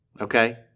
Okay